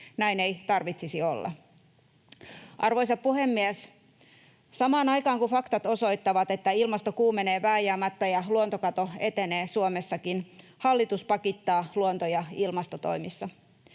Näin ei tarvitsisi olla. Arvoisa puhemies! Samaan aikaan, kun faktat osoittavat, että ilmasto kuumenee vääjäämättä ja luontokato etenee Suomessakin, hallitus pakittaa luonto‑ ja ilmastotoimissa.